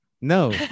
No